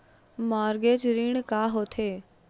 Mortgage ऋण का होथे?